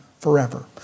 forever